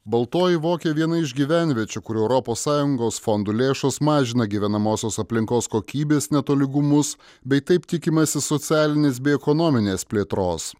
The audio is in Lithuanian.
baltoji vokė viena iš gyvenviečių kur europos sąjungos fondų lėšos mažina gyvenamosios aplinkos kokybės netolygumus bei taip tikimasi socialinės bei ekonominės plėtros